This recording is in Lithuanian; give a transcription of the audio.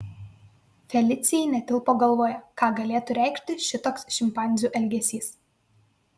felicijai netilpo galvoje ką galėtų reikšti šitoks šimpanzių elgesys